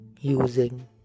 using